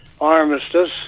armistice